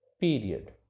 period